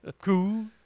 Cool